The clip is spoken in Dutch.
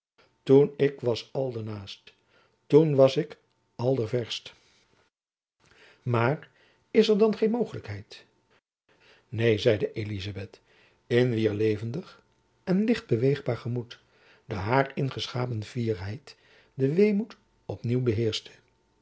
toen ick was aldernaest ioen was ick alderverst maar is er dan geen mogelijkheid neen zeide elizabeth in wier levendig en licht beweegbaar gemoed de haar ingeschapen fierheid den weemoed op nieuw beheerschte